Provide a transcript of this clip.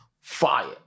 fire